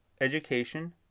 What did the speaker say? Education